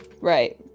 Right